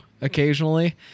occasionally